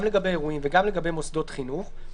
גם לגבי אירועים וגם לגבי מוסדות חינוך,